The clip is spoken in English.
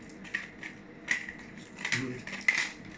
mmhmm